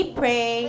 pray